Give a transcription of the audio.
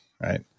right